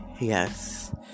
yes